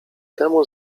temu